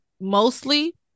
mostly